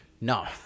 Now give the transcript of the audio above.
No